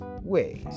ways